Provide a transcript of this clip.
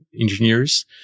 engineers